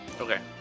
Okay